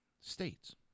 states